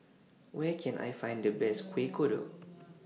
Where Can I Find The Best Kueh Kodok